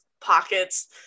pockets